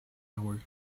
hour